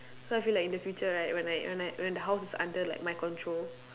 so I feel like in the future right when I when I when the house is under like my control